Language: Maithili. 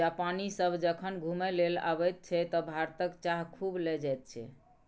जापानी सभ जखन घुमय लेल अबैत छै तँ भारतक चाह खूब लए जाइत छै